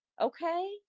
okay